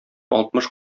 алтмыш